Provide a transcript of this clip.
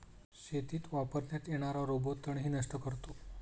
शेतीत वापरण्यात येणारा रोबो तणही नष्ट करतो